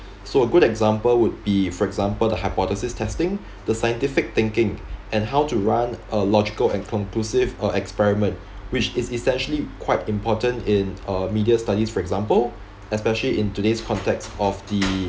so a good example would be for example the hypothesis testing the scientific thinking and how to run a logical and conclusive uh experiment which is essentially quite important in uh media studies for example especially in today's context of the